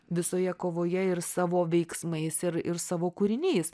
visoje kovoje ir savo veiksmais ir ir savo kūriniais